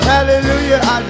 Hallelujah